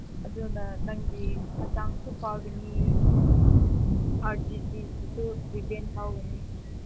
ꯑꯗꯨꯅ ꯅꯪꯒꯤ ꯍꯛꯆꯥꯡꯁꯨ ꯐꯒꯅꯤ ꯍꯥꯔꯠ ꯗꯤꯖꯤꯦꯁꯇꯨꯁꯨ ꯄ꯭ꯔꯤꯚꯦꯟ ꯇꯧꯒꯅꯤ